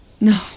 No